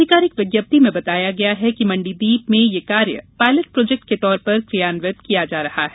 अधिकारिक विज्ञप्ति में बताया गया है कि मंडीदीप में यह कार्य पायलट प्रोजेक्ट के तौर पर क्रियान्वित किया जा रहा है